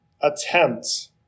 attempt